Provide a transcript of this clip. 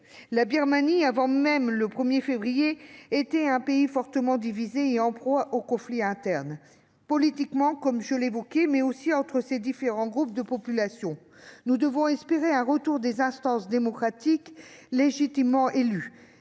La Birmanie, avant même le 1 février 2021, était un pays fortement divisé et en proie aux conflits internes, non seulement politiquement, comme je l'évoquais, mais aussi entre ses différents groupes de population. Nous devons espérer un retour des instances démocratiques légitimement élues,